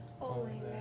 Holy